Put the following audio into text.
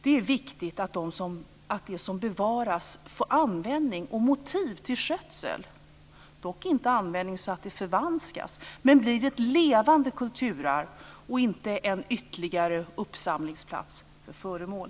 Det är viktigt att det som bevaras får användning och att det finns motiv till skötsel. Det ska dock inte vara en användning som gör att det förvanskas, men det ska bli ett levande kulturarv och inte ytterligare en uppsamlingsplats för föremål.